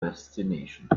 fascination